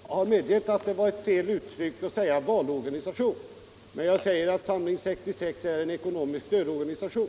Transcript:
Herr talman! Jag har medgivit att det var fel att kalla Samling 66 för en valorganisation, men jag säger att Samling 66 är en ekonomisk stödorganisation,